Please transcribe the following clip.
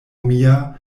mia